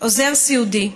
עוזר סיעודי,